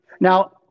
Now